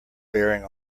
bearing